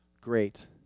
great